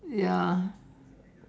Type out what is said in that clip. ya